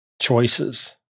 choices